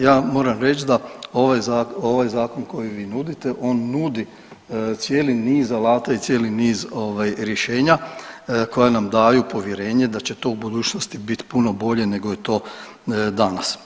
Ja moram reći da ovaj zakon koji vi nudite on nudi cijeli niz alata i cijeli niz rješenja koja nam daju povjerenje da će to u budućnosti bit puno bolje nego je to danas.